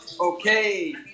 Okay